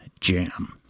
jam